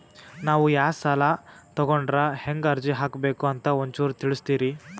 ನಾವು ಯಾ ಸಾಲ ತೊಗೊಂಡ್ರ ಹೆಂಗ ಅರ್ಜಿ ಹಾಕಬೇಕು ಅಂತ ಒಂಚೂರು ತಿಳಿಸ್ತೀರಿ?